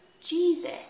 Jesus